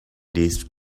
these